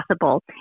possible